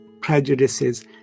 prejudices